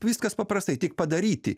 viskas paprastai tik padaryti